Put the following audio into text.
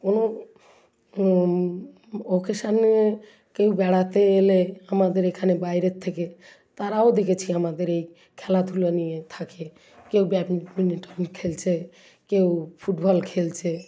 কোনো অকেশানে কেউ বেড়াতে এলে আমাদের এখানে বাইরের থেকে তারাও দেখেছি আমাদের এই খেলাধুলো নিয়ে থাকে কেউ ব্যাডমিন্টন খেলছে কেউ ফুটবল খেলছে